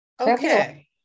Okay